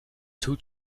two